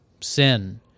sin